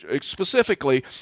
specifically